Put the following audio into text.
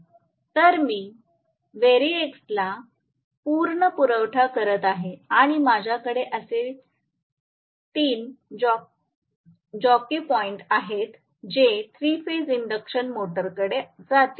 तर मी व्हेरिएक्स ला पूर्ण पुरवठा करत आहे आणि माझ्याकडे असे 3 जॉकी पॉईंट्स आहेत जे 3 फेज इंडक्शन मोटरकडे जातील